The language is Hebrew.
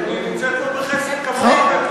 היא נמצאת פה בחסד, כמוך וכמוני.